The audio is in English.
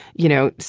you know,